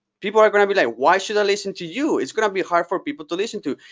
people are going to be like, why should i listen to you? it's going to be hard for people to listen to